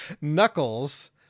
Knuckles